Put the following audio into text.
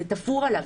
זה תפור עליו.